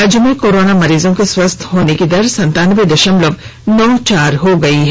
राज्य में कोरोना मरीजों के स्वस्थ होने की दर सन्तानबे दशमलव नौ चार हो गई है